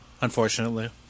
unfortunately